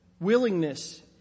willingness